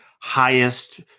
highest